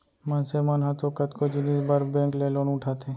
मनसे मन ह तो कतको जिनिस बर बेंक ले लोन उठाथे